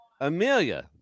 amelia